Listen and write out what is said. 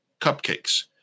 cupcakes